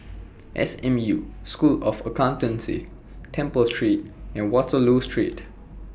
S M U School of Accountancy Temple Street and Waterloo Street